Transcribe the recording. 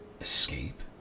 Escape